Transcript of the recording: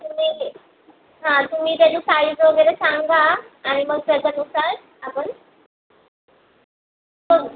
तुम्ही हे हा तुम्ही त्याचे साईझ वगैरे सांगा आणि मग त्याच्यानुसार आपण करू